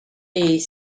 est